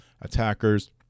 attackers